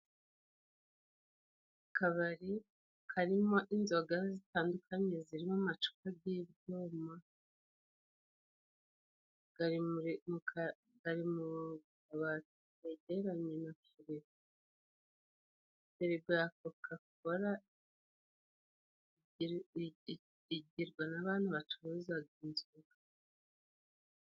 Akabari karimo inzoga zitandukanye zirimo amacupa gibyuma. Gari mu kabati kegeranye na firigo, firigo ya kokakora igirwa n'abantu batuzaga inzoga.